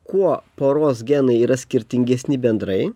kuo poros genai yra skirtingesni bendrai